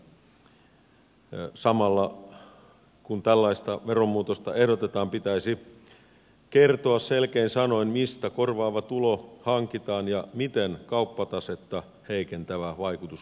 samalla kun tällaista veromuutosta ehdotetaan pitäisi kertoa selkein sanoin mistä korvaava tulo hankintaan ja miten kauppatasetta heikentävä vaikutus kompensoidaan